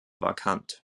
vakant